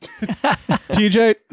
TJ